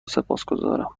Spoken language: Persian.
سپاسگزارم